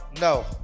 no